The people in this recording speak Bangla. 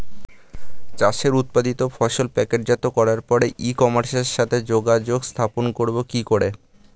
চাষের উৎপাদিত ফসল প্যাকেটজাত করার পরে ই কমার্সের সাথে যোগাযোগ স্থাপন করব কি করে?